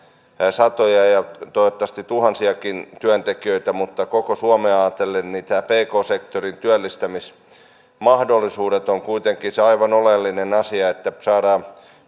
satoja ja toivottavasti tuhansiakin työntekijöitä mutta koko suomea ajatellen pk sektorin työllistämismahdollisuudet ovat kuitenkin se aivan oleellinen asia saadaan